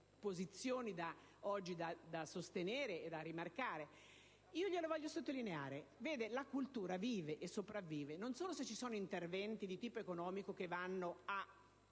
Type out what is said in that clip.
posizioni da sostenere oggi e da rimarcare. Voglio sottolinearlo: la cultura vive e sopravvive non solo se ci sono interventi di tipo economico che vanno a